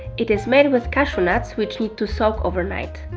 it is made with cashew nuts which need to soak overnight.